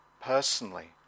personally